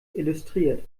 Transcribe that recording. illustriert